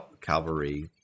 Calvary